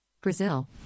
Brazil